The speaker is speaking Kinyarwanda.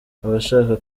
abashaka